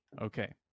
Okay